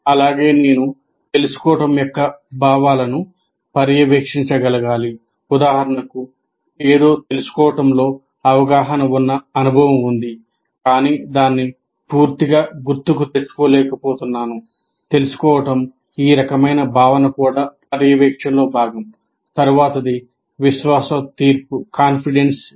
అలాగే నేను తెలుసుకోవడం యొక్క భావాలను యొక్క తీర్పులు